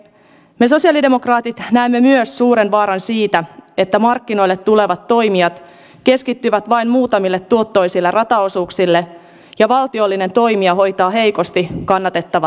me sosialidemokraatit näemme myös suuren vaaran siitä että markkinoille tulevat toimijat keskittyvät vain muutamiin tuottoisiin rataosuuksiin ja valtiollinen toimija hoitaa heikosti kannattavat osuudet